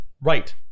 right